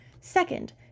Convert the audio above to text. Second